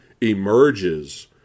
emerges